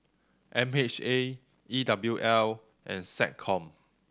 M H A E W L and SecCom